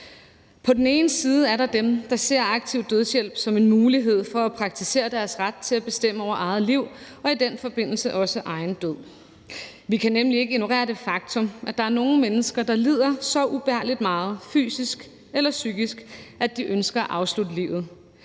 På den ene side er der dem, der ser aktiv dødshjælp som en mulighed for at praktisere deres ret til at bestemme over eget liv og i den forbindelse også egen død. Vi kan nemlig ikke ignorere det faktum, at der er nogle mennesker, der lider så ubærligt meget fysisk eller psykisk, at de ønsker at afslutte livet.